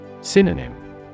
Synonym